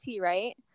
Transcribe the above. right